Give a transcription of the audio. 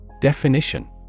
Definition